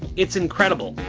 it's incredible.